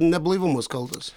neblaivumas kaltas